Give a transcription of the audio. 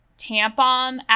tampon